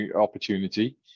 opportunity